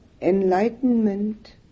enlightenment